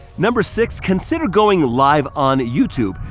number six, consider going live on youtube.